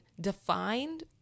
defined